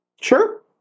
Sure